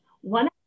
One